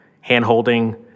hand-holding